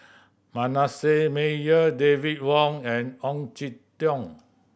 Manasseh Meyer David Wong and Ong Jin Teong